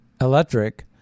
electric